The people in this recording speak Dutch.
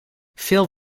veel